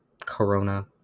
corona